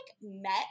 met